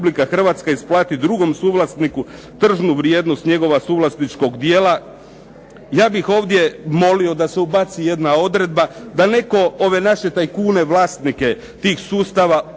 Hrvatska isplati drugom suvlasniku tržnu vrijednost njegova suvlasničkog dijela. Ja bih ovdje molio da se ubaci jedna odredba da netko ove naše tajkune, vlasnike tih sustava,